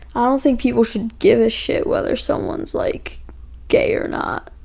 i don't think people should give a shit whether someone's like gay or not.